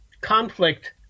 conflict